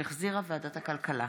שהחזירה ועדת הכלכלה.